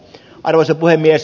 arvoisa puhemies